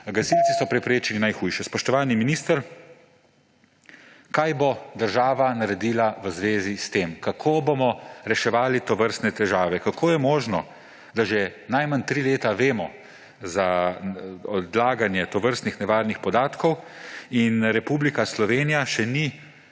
gasilci so preprečili najhujše. Spoštovani minister: Kaj bo država naredila v zvezi s tem? Kako bomo reševali tovrstne težave? Kako je možno, da že najmanj tri leta vemo za odlaganje tovrstnih nevarnih podatkov, Republika Slovenija pa še ni